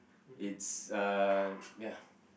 it's uh ya